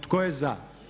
Tko je za?